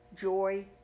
joy